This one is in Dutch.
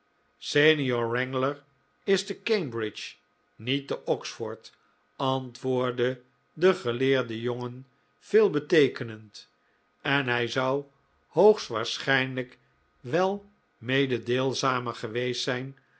wrangler is te cambridge niet te oxford antwoordde de geleerde jongen veelbeteekenend en hij zou hoogstwaarschijnlijk wel mededeelzamer geweest zijn